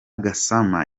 gassama